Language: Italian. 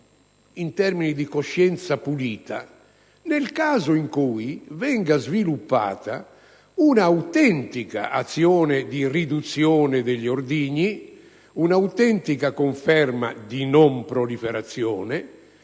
in termini di coscienza pulita nel caso in cui venga sviluppata una autentica azione di riduzione degli ordigni, una autentica conferma di non proliferazione,